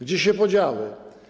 Gdzie się podziały?